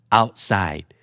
outside